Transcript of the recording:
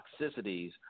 toxicities